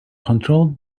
controlled